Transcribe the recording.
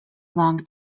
long